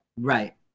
Right